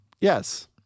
Yes